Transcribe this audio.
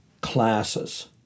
classes